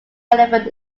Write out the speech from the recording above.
relevant